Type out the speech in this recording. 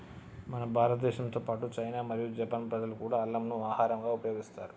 మన భారతదేశంతో పాటు చైనా మరియు జపాన్ ప్రజలు కూడా అల్లంను ఆహరంగా ఉపయోగిస్తారు